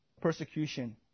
persecution